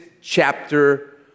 chapter